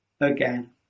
again